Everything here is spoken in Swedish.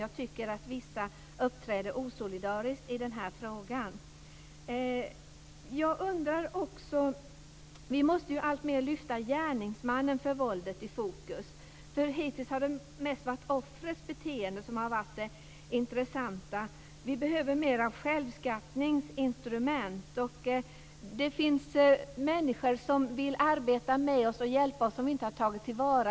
Jag tycker att vissa uppträder osolidariskt i frågan. Vi måste alltmer lyfta fram i fokus av våldet gärningsmannen. Hittills har det mest varit offrets beteende som har varit intressant. Vi behöver mer av självskattningsinstrument. Det finns människor som vill hjälpa till men som inte tas till vara.